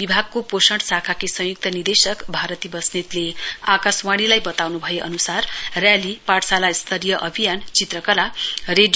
विभागको पोषण शाखाकी संय्क्त निदेशक भारती बस्नेतले आकाशवाणीलाई बताउन् भए अन्सार याली पाठशाला स्तरीय अभियान चित्रकला अनि